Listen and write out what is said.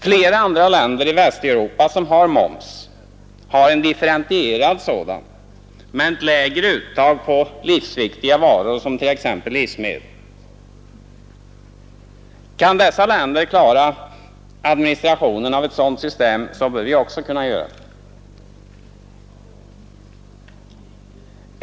Flera andra länder i Västeuropa tillämpar ett system med differentierad moms med ett lägre uttag på livsviktiga varor som t.ex. livsmedel. Kan dessa länder klara administrationen av ett sådant system bör också vi kunna göra det.